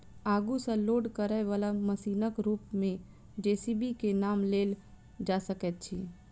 आगू सॅ लोड करयबाला मशीनक रूप मे जे.सी.बी के नाम लेल जा सकैत अछि